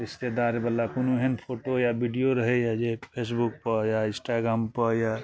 रिश्तेदारवला कोनो एहन फोटो या विडियो रहइए जे फेसबुकपर या इंस्ट्राग्रामपर या